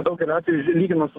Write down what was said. daugeliu atvejų lyginant su